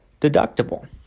deductible